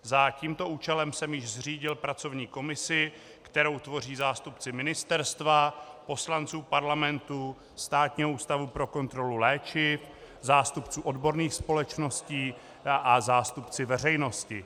Za tímto účelem jsem již zřídil pracovní komisi, kterou tvoří zástupci ministerstva, poslanců Parlamentu, Státního ústavu pro kontrolu léčiv, zástupci odborných společností a zástupci veřejnosti.